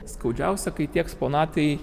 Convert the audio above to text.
skaudžiausia kai tie eksponatai